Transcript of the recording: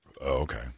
Okay